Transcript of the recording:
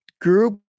group